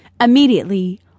Immediately